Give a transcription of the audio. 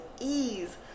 ease